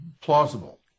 plausible